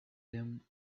him